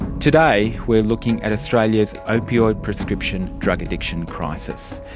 today we are looking at australia's opioid prescription drug addiction crisis.